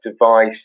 device